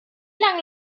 lange